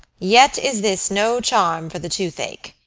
yet is this no charm for the tooth-ache.